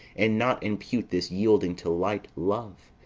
and not impute this yielding to light love,